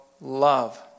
love